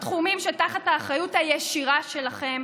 בתחומים שתחת האחריות הישירה שלכם,